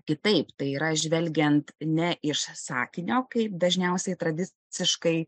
kitaip tai yra žvelgiant ne iš sakinio kaip dažniausiai tradiciškai